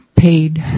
paid